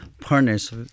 partners